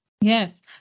Yes